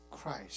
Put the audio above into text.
Christ